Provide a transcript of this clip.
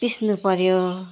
पिस्नुपर्यो